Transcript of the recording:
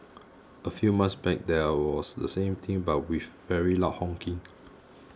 a few months back there was the same thing but with very loud honking